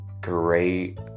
great